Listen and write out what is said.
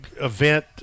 event